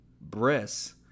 breasts